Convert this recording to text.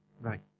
Right